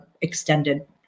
extended